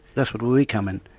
that's where we come in,